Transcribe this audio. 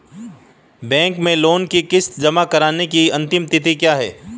Bank में loan की किश्त जमा कराने की अंतिम तिथि क्या है?